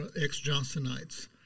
ex-Johnsonites